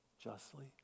justly